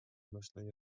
مثل